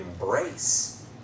embrace